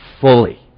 fully